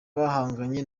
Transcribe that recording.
bahanganye